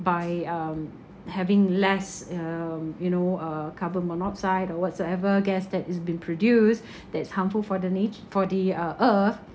by um having less err you know uh carbon monoxide or whatsoever gas that is been produced that is harmful for the natu~ for the uh earth